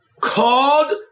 called